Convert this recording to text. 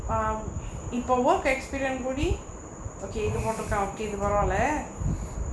ah இப்ப:ippa work experience கூடி:koodi okay இது போட்டிருக்கான்:ithu pottirukkaan okay இது பரவால்ல:ithu paravaalla